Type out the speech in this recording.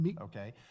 Okay